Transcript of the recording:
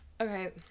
Okay